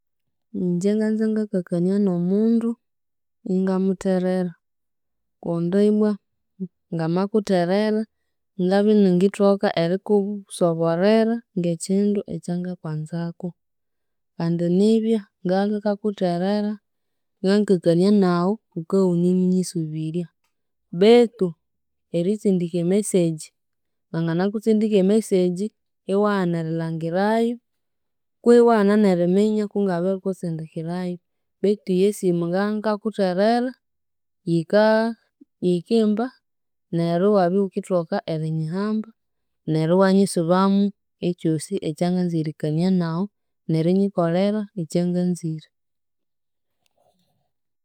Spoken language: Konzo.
Ingye nganza ingakania n'omundu, ingamutherera, kundi ibbwa ngamakutherera ngabya iningithoka erikubu soborera ng'ekindu ekyangakwanzaku, kandi nibya ngabya ingakakutherera, ngabya ingakakania nawu, wukabya iwunemunyisubirya, betu eritsindika e message, nanganakutsindika e message iwaghana erilhangirayu, kwihi iwaghana n'eriminya kungabirikutsindikirayu, betu iyo esimu ngabya ingakakuterera, yikaa, yikimba neryo iwabya iwukethuka erinyihamba neryo iwanyisubamu ekyosi ekyanganza erikania nawu n'erinyikolhera ekyanganzire.